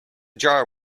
jar